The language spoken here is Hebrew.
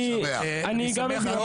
יפה מאוד, אני שמח.